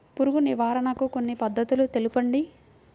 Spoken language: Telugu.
పురుగు నివారణకు కొన్ని పద్ధతులు తెలుపండి?